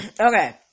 Okay